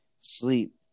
sleep